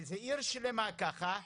וזה עיר שלמה ככה,